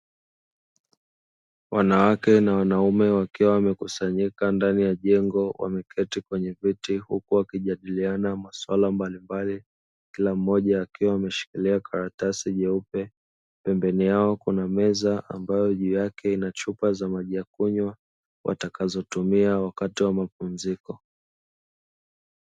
Wanawake na wanaume wakiwa wamekusanyika ndani ya jengo, wameketi kwenye viti huku wakijadiliana masuala mbalimbali kila mmoja akiwa ameshikilia karatasi nyeupe, pembeni yao kuna meza ambayo juu yake ina chupa za maji ya kunywa, watakazotumia wakati wa mapumziko.